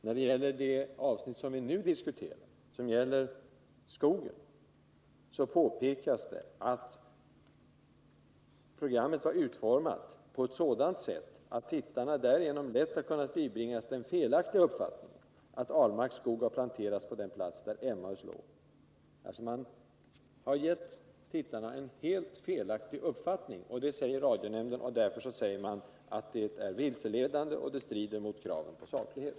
När det gäller det avsnitt vi nu diskuterar, som handlar om skogen, påpekar nämnden att programmet var utformat på ett sådant sätt att tittarna därigenom lätt hade kunnat bibringas den felaktiga uppfattningen att Per Ahlmarks skog hade planterats på den plats där Emmaus låg. Man har alltså gett tittarna en helt felaktig uppfattning, och därför säger radionämnden att programmet är vilseledande och strider mot kravet på saklighet.